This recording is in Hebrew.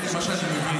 ממה שאני מבין,